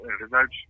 results